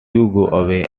away